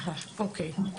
אוקיי.